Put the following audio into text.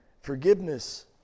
forgiveness